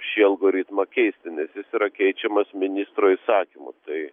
šį algoritmą keisti nes jis yra keičiamas ministro įsakymu tai